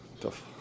Tough